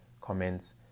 comments